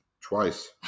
twice